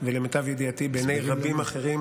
ולמיטב ידיעתי בעיני רבים אחרים,